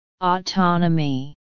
Autonomy